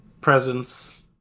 presence